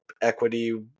equity